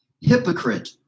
Hypocrite